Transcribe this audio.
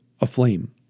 aflame